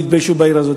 יתביישו בעיר הזאת.